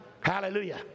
Hallelujah